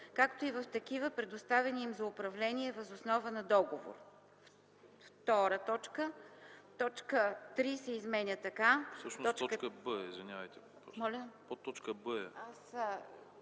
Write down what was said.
както и в такива, предоставени им за управление, въз основа на договор;”.